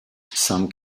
sam